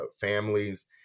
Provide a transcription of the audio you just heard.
families